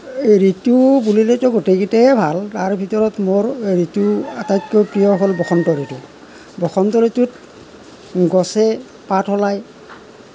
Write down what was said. ঋতু বুলিলেতো গোটেইকেইটাই ভাল তাৰ ভিতৰত মোৰ ঋতু আটাইতকৈ প্ৰিয় হ'ল বসন্ত ঋতু বসন্ত ঋতুত গছে পাত সলায়